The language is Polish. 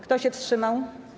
Kto się wstrzymał?